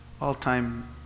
all-time